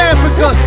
Africa